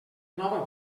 nova